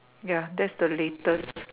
ya that's the latest